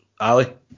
Ali